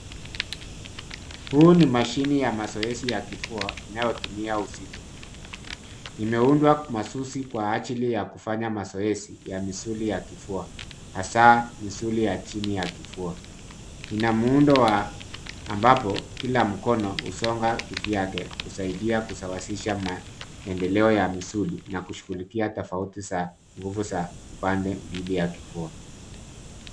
Huu ni mashini ya mazoezi ya kifua inayotumia uzito. Imeundwa masusi kwa ajili ya kufanya mazoezi ya misuli ya kifua hasa misuli ya chini ya kifua. Ina muundo ambapo kila mkono husonga kivi yake kusaidia kusawazisha maendeleo ya misuli na kushughulikia tofauti za nguvu za upande mbili za kifua.